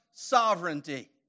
sovereignty